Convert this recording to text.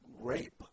rape